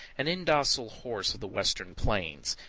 an indocile horse of the western plains.